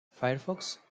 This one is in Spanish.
firefox